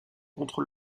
contre